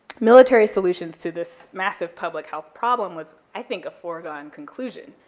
military solutions to this massive public health problem was, i think, a foregone conclusion,